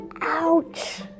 Ouch